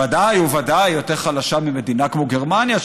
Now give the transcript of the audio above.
ודאי וודאי יותר חלשה ממדינה כמו גרמניה,